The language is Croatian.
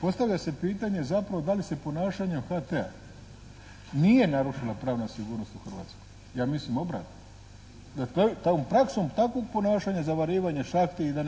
Postavlja se pitanje zapravo da li se ponašanjem HT-a nije narušila pravna sigurnost u Hrvatskoj. Ja mislim obratno, da praksom takvog ponašanja zavarivanja šahti i da